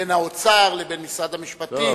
בין האוצר לבין משרד המשפטים,